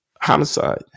homicide